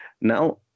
now